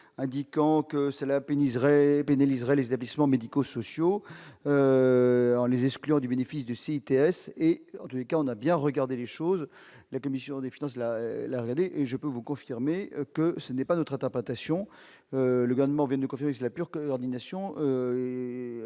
peine il serait pénaliserait les établissements médico-sociaux, les exclure du bénéfice du CTS et en tous les cas, on a bien regardé les choses, la commission des finances de la la regarder et je peux vous confirmer que ce n'est pas notre papa tation le grondement vient de confirmer la pure coordination